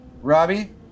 Robbie